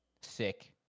Sick